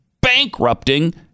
bankrupting